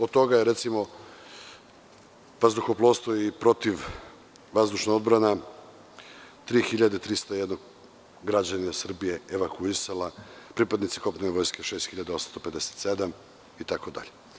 Od toga je, recimo, vazduhoplovstvo i protivvazdušna odbrana 3.301 građanina Srbije evakuisala, pripadnici kopnene vojske 6.857 itd.